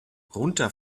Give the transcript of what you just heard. runter